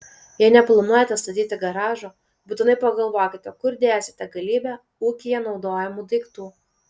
jei neplanuojate statyti garažo būtinai pagalvokite kur dėsite galybę ūkyje naudojamų daiktų